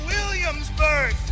Williamsburg